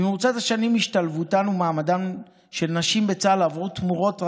במרוצת השנים השתלבותן ומעמדן של נשים בצה"ל עברו תמורות רבות.